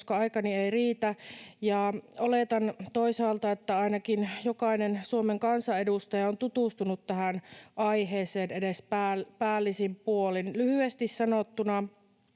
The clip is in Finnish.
koska aikani ei riitä ja oletan toisaalta, että ainakin jokainen Suomen kansanedustaja on tutustunut tähän aiheeseen edes päällisin puolin. Lyhyesti sanottuna